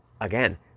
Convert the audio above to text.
again